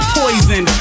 poison